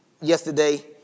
yesterday